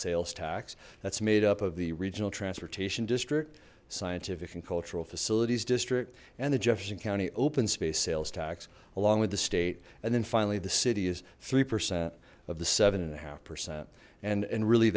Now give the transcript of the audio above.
sales tax that's made up of the regional transportation district scientific and cultural facilities district and the jefferson county open space sales tax along with the state and then finally the city is three percent of the seven and a half percent and and really